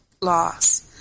loss